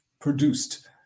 produced